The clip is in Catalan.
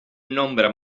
nombre